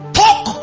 talk